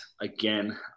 again